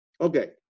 Okay